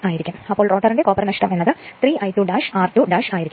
അപ്പോൾ റോട്ടോറിന്റെ കോപ്പർ നഷ്ടം എന്ന് ഉള്ളത് 3 I2 r2ആയിരിക്കും